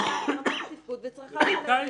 אלא רמת התפקוד וצרכיו של הילד.